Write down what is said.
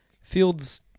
Fields